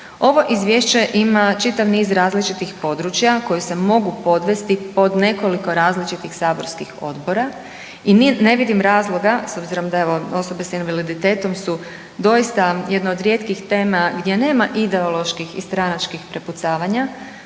Ovo Izvješće ima čitav niz različitih područja koja se mogu podvesti pod nekoliko različitih saborskih odbora i ne vidim razloga, s obzirom da evo, osobe s invaliditetom su doista jedna od rijetkih tema gdje nema ideoloških i stranačkih prepucavanja,